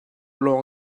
lawng